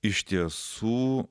iš tiesų